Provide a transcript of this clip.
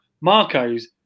Marco's